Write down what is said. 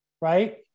right